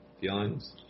feelings